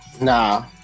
Nah